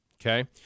Okay